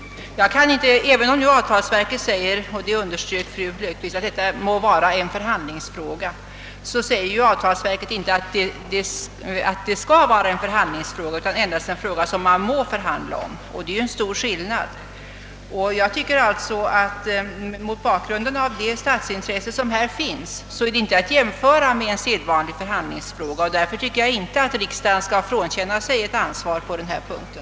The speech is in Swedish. Även om avtalsverket nu säger — det underströk ju fru Löfqvist — att det må vara en förhandlingsfråga, säger ju avtalsverket inte att det skall vara en förhandlingsfråga. Det är alltså endast en fråga, som man må förhandla om, vilket är en stor skillnad. Mot bakgrunden av det statsintresse, som jag tidigare nämnde, tycker jag att denna fråga inte är att jämföra med en vanlig förhandlingsfråga. Jag anser därför att riks dagen inte skall frånkänna sig ett ansvar på denna punkt.